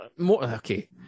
Okay